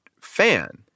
fan